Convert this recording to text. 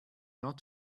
not